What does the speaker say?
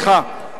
סליחה.